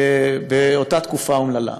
באותה תקופה אומללה.